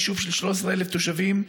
יישוב של 13,000 תושבים,